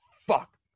fuck